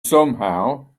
somehow